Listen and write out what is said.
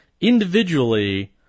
Individually